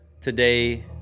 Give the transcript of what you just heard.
Today